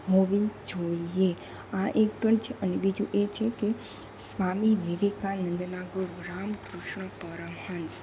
હોવી જોઈએ આ એક પણ છે અને બીજું એ છે કે સ્વામી વિવેકાનંદના ગુરુ રામ કૃષ્ણ પરમહંસ